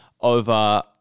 over